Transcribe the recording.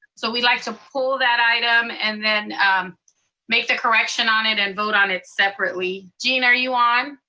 so we'd like to pull that item, and then make the correction on it, and vote on it separately. gene, are you on?